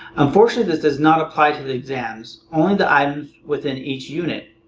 unfortunately this does not apply to the exams, only the items within each unit,